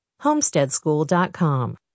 homesteadschool.com